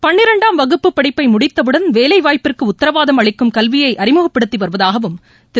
பன்னிரெண்டாம் வகுப்பு படிப்பை முடித்தவுடன் வேலைவாய்ப்பிற்கு உத்தரவாதம் அளிக்கும் கல்வியை அறிமுகப்படுத்தி வருவதாகவும் திரு